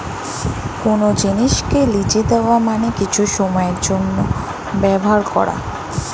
কোন জিনিসকে লিজে দেওয়া মানে কিছু সময়ের জন্যে ব্যবহার করা